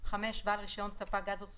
בעל רישיון ספק גז או סוכן,